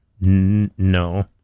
no